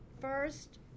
First